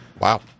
Wow